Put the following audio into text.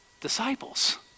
disciples